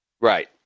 Right